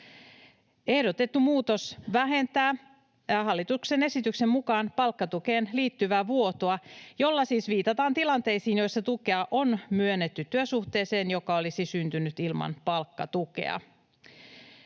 Ehdotettu muutos vähentää hallituksen esityksen mukaan palkkatukeen liittyvää vuotoa, jolla siis viitataan tilanteisiin, joissa tukea on myönnetty työsuhteeseen, joka olisi syntynyt ilman palkkatukea.